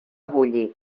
bulli